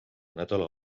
nädala